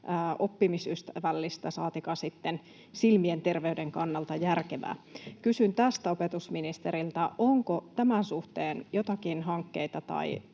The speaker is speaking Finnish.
oppimisystävällistä saatikka sitten silmien terveyden kannalta järkevää. Kysyn tästä opetusministeriltä: onko tämän suhteen joitakin hankkeita